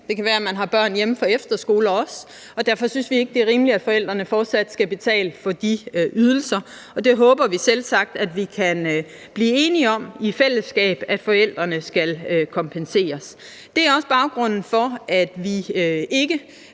Det kan være, de også har børn hjemme fra efterskoler. Derfor synes vi ikke, det er rimeligt, at forældrene fortsat skal betale for de ydelser, og det håber vi selvsagt at vi kan blive enige om i fællesskab, altså at forældrene skal kompenseres. Det er også baggrunden for, at vi ikke